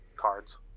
cards